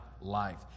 life